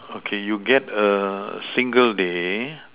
okay you get a single day